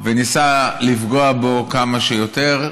וניסה לפגוע בו כמה שיותר,